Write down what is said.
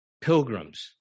pilgrims